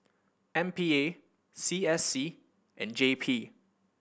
M P A C S C and J P